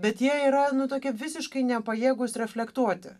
bet jie yra nu tokie visiškai nepajėgūs reflektuoti